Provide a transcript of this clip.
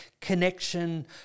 connection